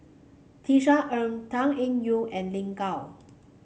Tisa Ng Tan Eng Yoon and Lin Gao